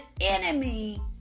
enemy